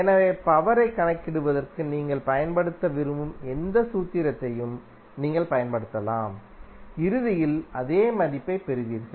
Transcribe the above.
எனவே பவரைக் கணக்கிடுவதற்கு நீங்கள் பயன்படுத்த விரும்பும் எந்த சூத்திரத்தையும் நீங்கள் பயன்படுத்தலாம் இறுதியில் அதே மதிப்பைப் பெறுவீர்கள்